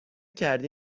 کردی